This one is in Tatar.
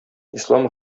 ислам